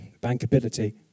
bankability